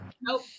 Nope